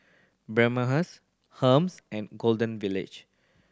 Bioderma Hermes and Golden Village